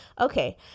Okay